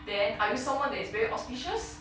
then are you someone that is very auspicious